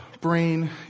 Brain